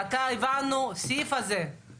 אנחנו צריכים להגיע לשם.